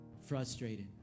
Frustrated